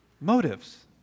motives